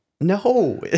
No